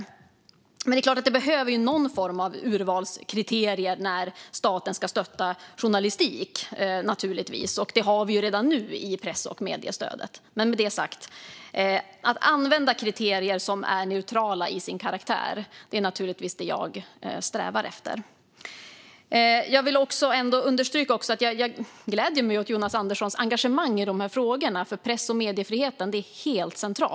Men det är klart att det behövs någon form av urvalskriterier när staten ska stötta journalistik, och det har vi ju redan nu i press och mediestödet. Jag strävar naturligtvis efter att använda kriterier som är neutrala i sin karaktär. Jag vill också understryka att jag gläder mig åt Jonas Anderssons engagemang i de här frågorna, för press och mediefriheten är helt central.